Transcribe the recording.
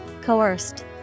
Coerced